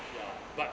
ya but